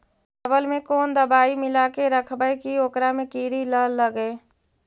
चावल में कोन दबाइ मिला के रखबै कि ओकरा में किड़ी ल लगे?